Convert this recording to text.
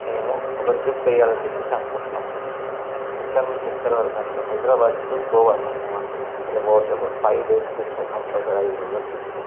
మేము ఒక ట్రిప్ వెయ్యాలని చెప్పేసి అనుకుంటున్నాం సార్ ఎక్కడి నుంచి ఎక్కడికి వరకు అంటే Hyderabad to Goa sir మేమనుకున్నది five days trip sir compulsory ఐదు రోజుల ట్రిప్పు